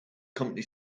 company